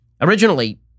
Originally